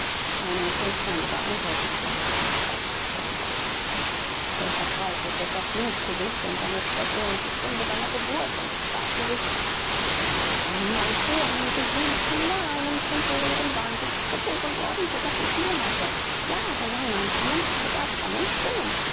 einen schuldschein über mark ausgestellt der verzweifelte verfluchte sich und seine schwäche und die stunde seiner geburt und fragte sich bin ich mit einem manko einem gehirnfehler einem temporären wahnwitz geboren worden so daß ich monate jahre lang ein vernunftbegabter mensch bin und